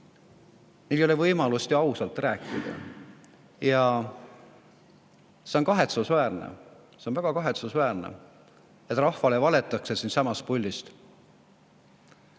neil ei ole võimalust ju ausalt rääkida. Ja see on kahetsusväärne. See on väga kahetsusväärne, et rahvale valetatakse siinsamas puldis.